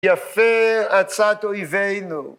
הפר עצת אויבינו